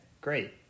great